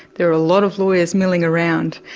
there were a lot of lawyers milling around.